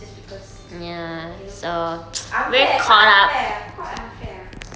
just because you know unfair quite unfair quite unfair ah